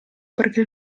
perché